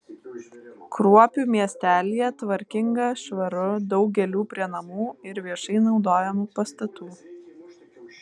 kruopių miestelyje tvarkinga švaru daug gėlių prie namų ir viešai naudojamų pastatų